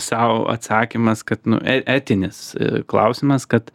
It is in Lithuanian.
sau atsakymas kad nu etinis klausimas kad